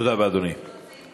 תודה רבה, אדוני.